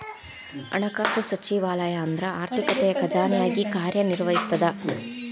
ಹಣಕಾಸು ಸಚಿವಾಲಯ ಅಂದ್ರ ಆರ್ಥಿಕತೆಯ ಖಜಾನೆಯಾಗಿ ಕಾರ್ಯ ನಿರ್ವಹಿಸ್ತದ